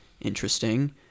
Interesting